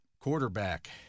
Quarterback